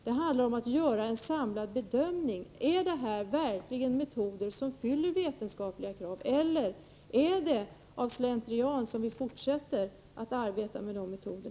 Det handlar om att göra en samlad bedömning för att se om metoderna verkligen uppfyller vetenskapliga krav eller om det är av slentrian som vi fortsätter att arbeta enligt dessa metoder.